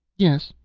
yes,